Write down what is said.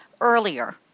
earlier